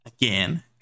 again